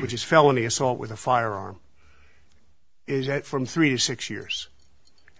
which is felony assault with a firearm is that from three to six years